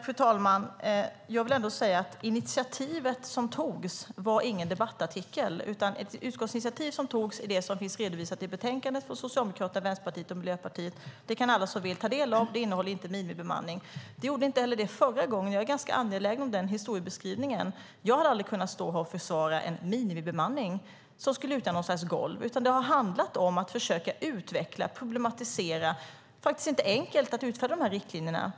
Fru talman! Det initiativ som togs var ingen debattartikel. Utskottsinitiativet är det som finns redovisat i betänkandet från Socialdemokraterna, Vänsterpartiet och Miljöpartiet. Det kan alla som vill ta del av. Det innehåller inget om minimibemanning. Det gjorde det inte heller förra gången. Jag är rätt angelägen om den historieskrivningen. Jag hade aldrig kunnat stå och försvara en minimibemanning som skulle utgöra något slags golv, utan det har handlat om att försöka utveckla och problematisera. Det är faktiskt inte enkelt att utfärda de här riktlinjerna.